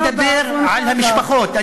אני מדבר על המשפחות.